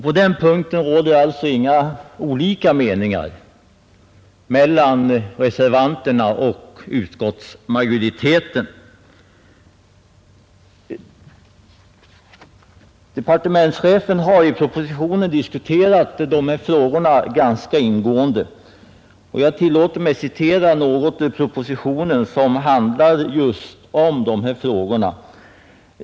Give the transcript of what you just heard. På den punkten råder alltså inga olika meningar mellan reservanterna och utskottsmajoriteten. Departementschefen har i propositionen diskuterat dessa frågor ganska ingående. Jag tillåter mig citera ur propositionen några rader härom.